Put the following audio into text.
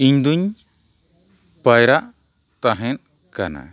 ᱤᱧ ᱫᱩᱧ ᱯᱟᱭᱨᱟᱜ ᱛᱟᱦᱮᱸᱜ ᱠᱟᱱᱟ